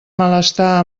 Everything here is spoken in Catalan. malestar